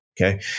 Okay